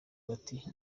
bati